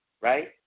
Right